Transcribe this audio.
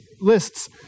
lists